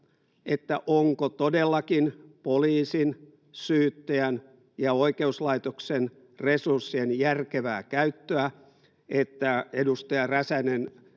onko todellakin poliisin, syyttäjän ja oikeuslaitoksen resurssien järkevää käyttöä se, että edustaja Räsänen